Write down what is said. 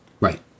right